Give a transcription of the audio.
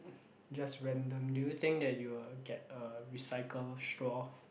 just random do you think that you will get a recycle straw